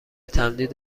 تمدید